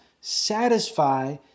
satisfy